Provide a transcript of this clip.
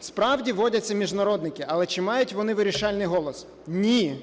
Справді, вводяться міжнародники, але чи мають вони вирішальний голос? Ні!